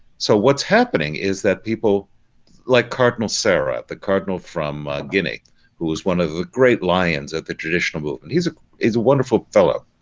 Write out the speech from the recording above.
so what's happening is that people like cardinal sarah, the cardinal from guinea who was one of the great lions at the traditional movement. he's a wonderful fellow.